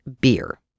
beer